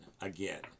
again